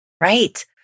Right